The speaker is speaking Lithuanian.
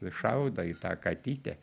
šaudo į tą katytę